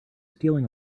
stealing